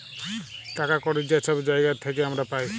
টাকা কড়হি যে ছব জায়গার থ্যাইকে আমরা পাই